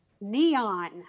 neon